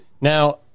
Now